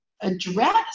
address